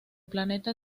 planeta